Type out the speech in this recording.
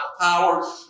power